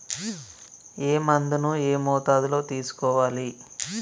ఏ మందును ఏ మోతాదులో తీసుకోవాలి?